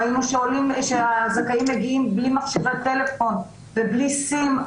ראינו שהזכאים מגיעים בלי מכשירי טלפון ובלי סים,